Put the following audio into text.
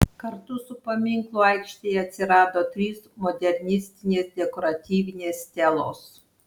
kartu su paminklu aikštėje atsirado trys modernistinės dekoratyvinės stelos